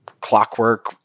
clockwork